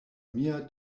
mia